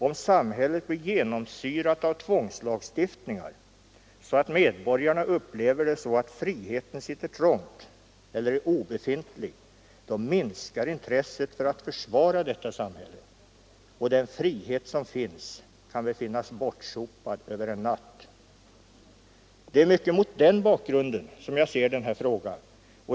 Om samhället blir genomsyrat av tvångslagstiftningar så att medborgarna upplever det så att friheten sitter trångt eller är obefintlig, minskar intresset för att försvara detta samhälle, och den frihet som man haft kan befinnas bortsopad över en natt. Det är mycket mot den bakgrunden som jag ser den här frågan.